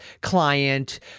client